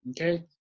Okay